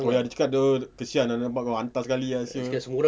oh ya dia cakap dia kesian dia nampak kau hantar sekali ah [siol]